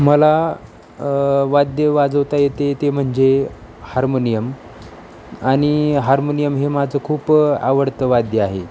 मला वाद्य वाजवता येत आहे ते म्हणजे हार्मोनियम आणि हार्मोनियम हे माझं खूप आवडतं वाद्य आहे